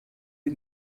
die